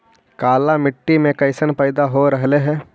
काला मिट्टी मे कैसन पैदा हो रहले है?